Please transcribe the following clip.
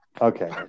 Okay